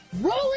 Rolling